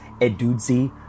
Edudzi